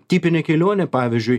tipinė kelionė pavyzdžiui